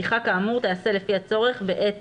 פתיחה כאמור תיעשה לפי הצורך בעת